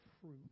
fruit